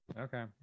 okay